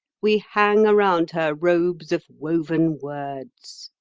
we hang around her robes of woven words.